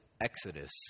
Exodus